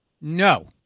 No